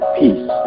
peace